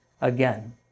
again